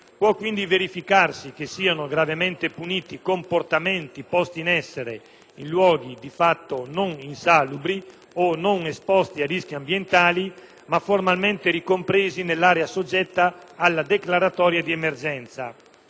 Può, quindi, verificarsi che siano gravemente puniti comportamenti posti in essere in luoghi, di fatto, non insalubri o non esposti a rischi ambientali, ma formalmente ricompresi nell'area soggetta alla declaratoria di emergenza,